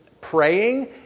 praying